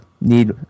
need